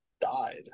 died